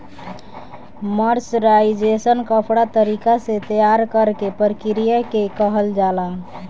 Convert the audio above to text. mercerisation कपड़ा तरीका से तैयार करेके प्रक्रिया के कहल जाला